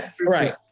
Right